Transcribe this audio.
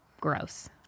gross